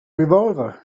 revolver